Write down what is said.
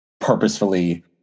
purposefully